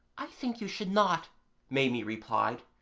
i think you should not maimie replied,